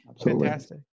Fantastic